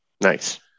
Nice